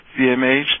CMH